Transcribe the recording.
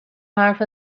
حرف